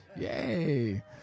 Yay